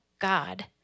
God